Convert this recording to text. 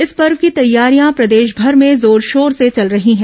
इस पर्व की तैयारियां प्रदेशभर में जोर शोर से चल रही है